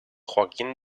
joaquín